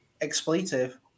expletive